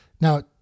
Now